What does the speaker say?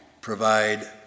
provide